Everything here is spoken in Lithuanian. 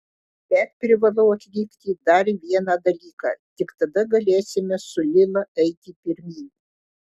bet privalau atlikti dar vieną dalyką tik tada galėsime su lila eiti pirmyn